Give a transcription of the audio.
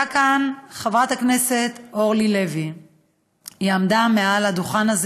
חברת הכנסת אורלי לוי אמרה מעל הדוכן הזה